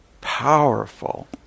powerful